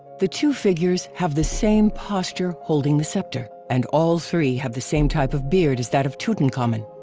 the two figures have the same posture holding the scepter and all three have the same type of beard as that of tutankhamun.